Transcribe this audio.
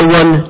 one